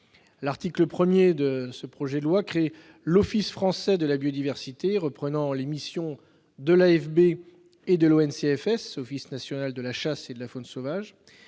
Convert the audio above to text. L'article 1 de ce projet de loi crée l'Office français de la biodiversité, reprenant les missions de l'AFB et de l'ONCFS, l'Office national de la chasse et de la faune sauvage.